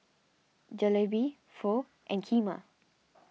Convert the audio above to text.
Jalebi Pho and Kheema